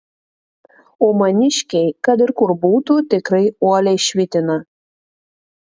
o maniškiai kad ir kur būtų tikrai uoliai švitina